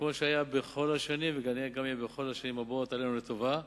כמו שהיה בכל השנים כך יהיה גם בכל השנים הבאות עלינו לטובה,